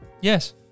Yes